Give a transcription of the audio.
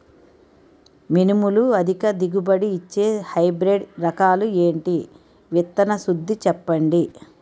మినుములు అధిక దిగుబడి ఇచ్చే హైబ్రిడ్ రకాలు ఏంటి? విత్తన శుద్ధి చెప్పండి?